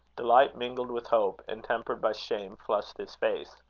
delight, mingled with hope, and tempered by shame, flushed his face.